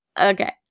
Okay